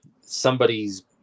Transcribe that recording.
somebody's